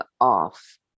off